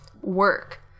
work